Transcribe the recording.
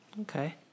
Okay